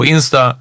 Insta